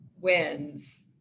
wins